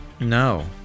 No